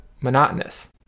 monotonous